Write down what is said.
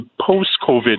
post-COVID